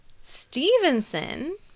Stevenson